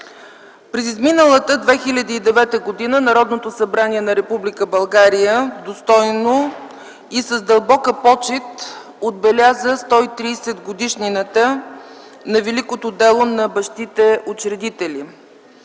През изминалата 2009 г. Народното събрание на Република България достойно и с дълбока почит отбеляза 130-годишнината на великото дело на бащите-учредители.